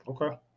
Okay